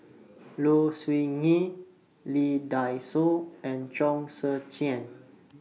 Low Siew Nghee Lee Dai Soh and Chong Tze Chien